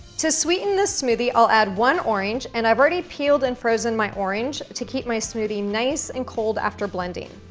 to sweeten this smoothie, i'll add one orange and i've already peeled and frozen my orange to keep my smoothie nice and cold after blending.